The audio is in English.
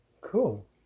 Cool